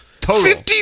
Total